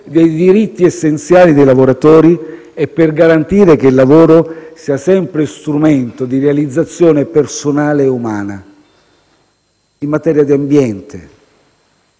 dei diritti essenziali dei lavoratori e per garantire che il lavoro sia sempre strumento di realizzazione personale e umana. In materia di ambiente,